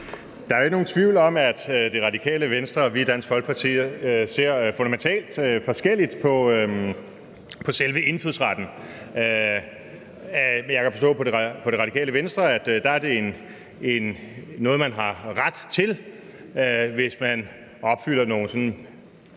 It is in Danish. Der er jo ikke nogen tvivl om, at Det Radikale Venstre og Dansk Folkeparti ser fundamentalt forskelligt på selve indfødsretten. Jeg kan forstå på Det Radikale Venstre, at det er noget, man har ret til, hvis man opfylder nogle